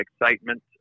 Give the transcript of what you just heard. excitement